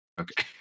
Okay